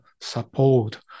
support